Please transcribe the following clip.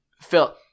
Phil